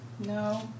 No